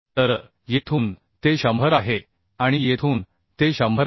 तर येथून ते 100 आहे आणि येथून ते 100 आहे